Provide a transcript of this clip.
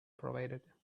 provided